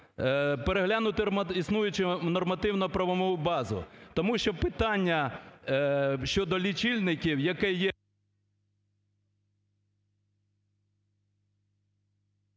переглянути існуючу нормативно-правову базу. Тому що питання щодо лічильників, яке є…